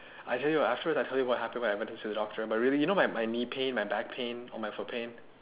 I tell you afterwards I tell you what happened when I went to see my doctor but really you know my my knee pain my back pain and my foot pain